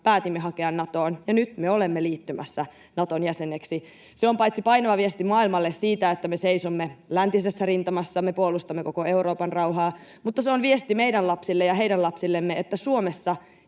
päätimme hakea Natoon, ja nyt me olemme liittymässä Naton jäseneksi. Se on paitsi painava viesti maailmalle siitä, että me seisomme läntisessä rintamassa, me puolustamme koko Euroopan rauhaa, se on myös viesti meidän lapsillemme ja heidän lapsilleen, että Suomessa